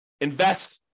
invest